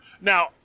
Now